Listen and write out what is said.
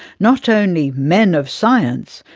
not only men of science,